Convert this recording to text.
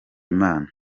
imana